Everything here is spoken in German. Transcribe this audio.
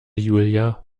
julia